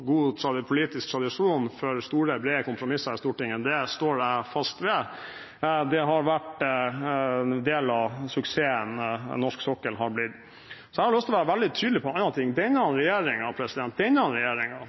god politisk tradisjon for store, brede kompromisser i Stortinget. Det står jeg fast ved, det har vært en del av den suksessen norsk sokkel har blitt. Så har jeg lyst til å være veldig tydelig på en annen ting.